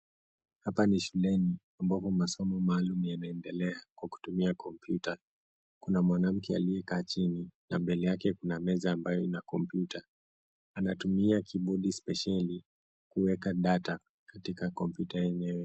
Hapa ni shuleni ambapo masomo maalum yanaendelea wakitumia kompyuta. Kuna mwanamke aliyekaa chini na mbele yake kuna meza ambayo ina kompyuta. Anatumia kibodi spesheli kuweka data katika kompyuta yenyewe.